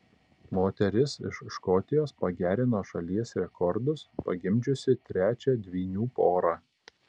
moteris iš škotijos pagerino šalies rekordus pagimdžiusi trečią dvynių porą